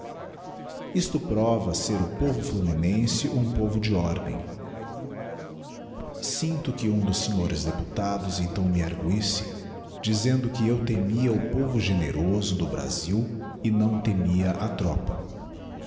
isto prova ser o povo fluminense um povo de ordem sinto que um dossrs deputados então me arguisse dizendo que eu temia o povo generoso do brasil e não temia a tropa